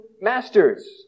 masters